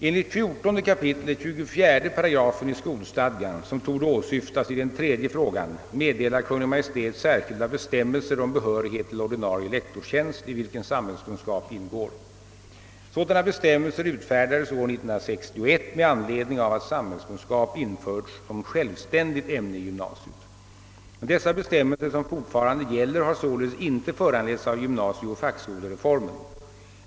Enligt 14 kap. 24 § i skolstadgan, som torde åsyftas i den tredje frågan, meddelar Kungl. Maj:t särskilda bestämmelser om behörighet till ordinarie lektorstjänst i vilken samhällskunskap ingår. Sådana bestämmelser utfärdades år 1961 med anledning av att samhällskunskap införts som självständigt ämne i gymnasiet. Dessa bestämmelser som fortfarande gäller har således inte föranletts av gymnasieoch fackskolereformen.